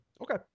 okay